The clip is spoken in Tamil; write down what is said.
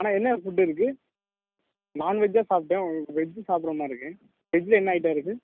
அண்ணா என்ன ஃபுட்டு இருக்குது நான்வெஜ் தான் சாப்பிட்டேன் வெஜ்ஜு சாப்பிட்ற மாதிரி இருக்குது வெஜ்ஜில் என்ன ஐட்டம் இருக்குது